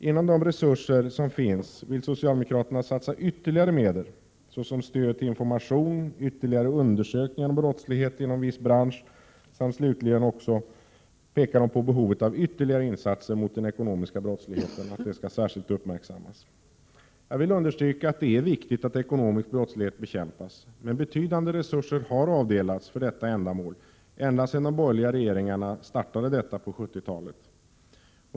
Inom de resurser som finns vill socialdemokraterna satsa ytterligare medel t.ex. på stöd till information och ytterligare undersökningar om brottslighet inom viss bransch. De pekar också på att behovet av ytterligare insatser mot den ekonomiska brottsligheten måste uppmärksammas. Jag vill understryka att det är viktigt att ekonomisk brottslighet bekämpas, men betydande resurser har avdelats för detta ändamål ända sedan de borgerliga regeringarna startade detta på 70-talet.